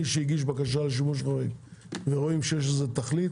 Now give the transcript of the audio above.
מי שהגיש בקשה לשימוש חורג ורואים שיש לזה תכלית